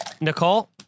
Nicole